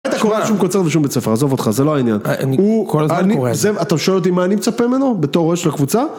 היית קורא על שום קוצר ושום בית ספר, עזוב אותך, זה לא העניין. אני כל הזמן קורא. אתה שואל אותי מה אני מצפה ממנו בתור ראש לקבוצה?